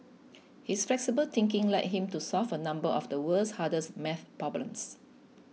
his flexible thinking led him to solve a number of the world's hardest math problems